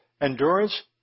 Endurance